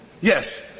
Yes